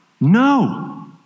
no